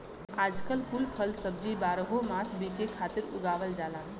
आजकल कुल फल सब्जी बारहो मास बिके खातिर उगावल जाला